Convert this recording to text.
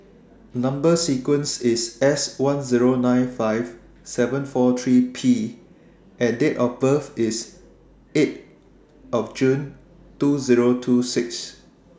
Number sequence IS S one Zero nine five seven four three P and Date of birth IS eight June twenty twenty six